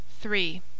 three